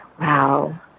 Wow